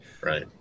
Right